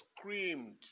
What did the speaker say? screamed